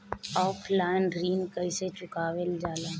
Offline ऋण कइसे चुकवाल जाला?